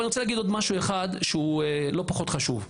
אני רוצה להגיד עוד משהו אחד לא פחות חשוב.